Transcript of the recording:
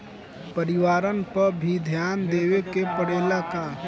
परिवारन पर भी ध्यान देवे के परेला का?